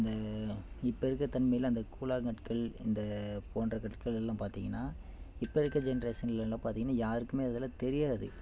அந்த இப்போ இருக்கிற தன்மையில் அந்த கூழாங்கற்கள் இந்த போன்ற கற்களெல்லாம் பார்த்திங்கனா இப்போ இருக்கிற ஜென்ரேஷன்லலாம் பார்த்திங்கனா யாருக்குமே அதெல்லாம் தெரியாது